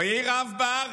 "ויהי רעב בארץ"